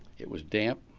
it was damp,